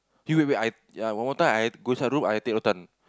K wait wait I ah one more time I go inside your room I take rotan